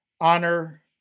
Honor